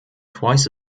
twice